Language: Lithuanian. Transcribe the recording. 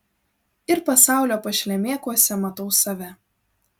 ir pasaulio pašlemėkuose matau save